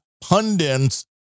pundits